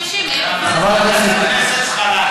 ומה שקשור לקשישים יהיה בוועדת העבודה והרווחה.